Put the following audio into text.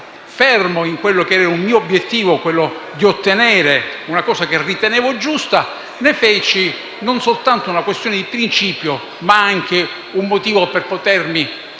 fermo nel mio obiettivo di ottenere una cosa che ritenevo giusta. Ne feci non soltanto una questione di principio, ma anche un motivo per potermi,